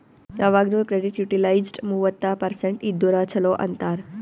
ಯವಾಗ್ನು credit utilised ಮೂವತ್ತ percent ಇದ್ದುರ ಛಲೋ ಅಂತಾರ್